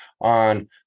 on